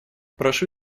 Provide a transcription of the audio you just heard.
прошу